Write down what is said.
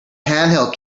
handheld